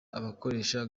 abakoresha